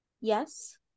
Yes